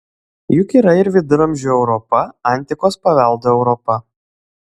juk yra ir viduramžių europa antikos paveldo europa